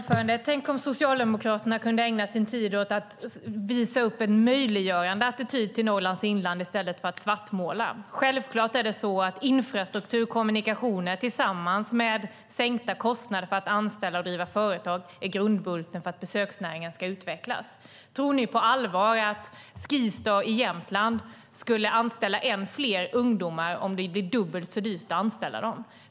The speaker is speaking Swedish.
Herr talman! Tänk om Socialdemokraterna kunde ägna sin tid åt att visa upp en möjliggörande attityd till Norrlands inland i stället för att svartmåla. Självklart är det så att infrastruktur och kommunikationer tillsammans med sänkta kostnader för att anställa och driva företag är grundbulten för att besöksnäringen ska utvecklas. Tror ni på allvar att Skistar i Jämtland skulle anställa än fler ungdomar om det blev dubbelt så dyrt att anställa dem?